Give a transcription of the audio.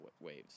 waves